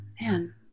man